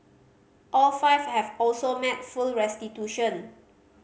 all five have also made full restitution